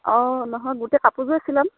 অঁ নহয় গোটেই কাপোৰযোৰেই চিলাম